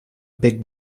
big